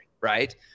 right